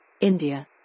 India